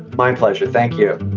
my and pleasure. thank you